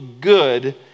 good